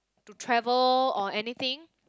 to travel or anything